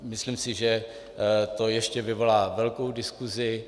Myslím si, že to ještě vyvolá velkou diskusi.